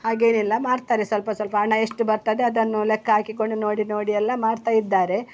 ಹಾಗೇನಿಲ್ಲ ಮಾಡ್ತಾರೆ ಸ್ವಲ್ಪ ಸ್ವಲ್ಪ ಹಣ ಎಷ್ಟು ಬರ್ತದೆ ಅದನ್ನು ಲೆಕ್ಕ ಹಾಕಿಕೊಂಡು ನೋಡಿ ನೋಡಿ ಎಲ್ಲ ಮಾಡ್ತಾ ಇದ್ದಾರೆ